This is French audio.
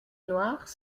noirs